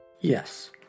yes